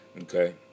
Okay